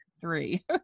three